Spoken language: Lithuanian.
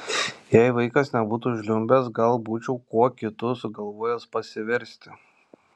jei vaikas nebūtų žliumbęs gal būčiau kuo kitu sugalvojęs pasiversti